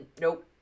Nope